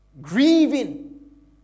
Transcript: grieving